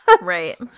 right